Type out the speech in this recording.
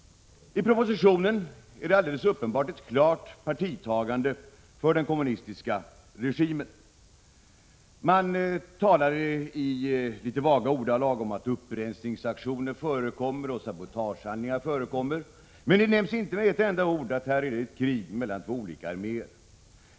I propositionen tar man alldeles uppenbart klart parti för den kommunistiska regimen. Man talar i litet vaga ordalag om att upprensningsaktioner och sabotagehandlingar förekommer, men inte med ett ord nämns att här pågår ett krig mellan två olika arméer.